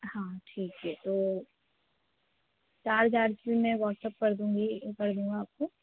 हाँ ठीक है तो चार्ज आर्ज मैं व्हाटसप कर दूँगी कर दूँगा आपको